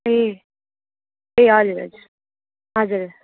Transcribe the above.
ए ए हजुर हजुर हजुर